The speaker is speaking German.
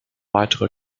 weitere